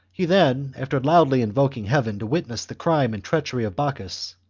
he then, after loudly invoking heaven to witness the crime and treachery of bocchus,